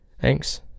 thanks